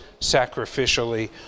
sacrificially